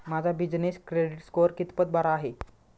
माझा business credit score कितपत बरा आहे?